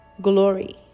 glory